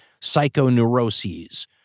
psychoneuroses